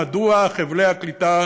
מדוע חבלי הקליטה